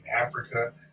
Africa